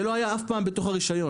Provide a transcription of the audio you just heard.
זה לא היה אף פעם בתוך הרישיון,